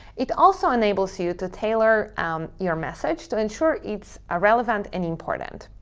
it also enables you to tailor your message to ensure it's ah relevant and important.